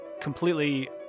completely